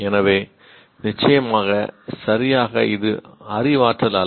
எனவே நிச்சயமாக சரியாக அது அறிவாற்றல் அல்ல